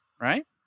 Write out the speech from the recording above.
right